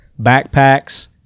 backpacks